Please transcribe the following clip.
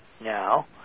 now